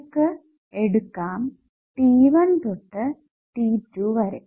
നമുക്ക് എടുക്കാം t1 തൊട്ട് t2 വരെ